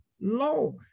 Lord